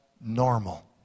normal